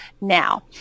Now